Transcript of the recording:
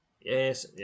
Yes